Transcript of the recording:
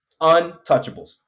Untouchables